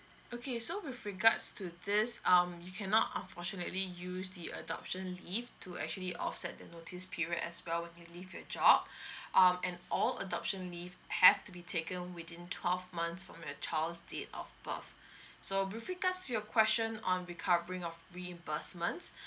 okay so with regards to this um you cannot unfortunately use the adoption leave to actually offset the notice period as well when you leave your job um and all adoption leave have to be taken within twelve months from your child date of birth so with regards to your question on recovering of reimbursement